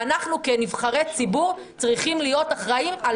אנחנו כנבחרי ציבור צריכים להיות אחראים על